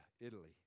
Italy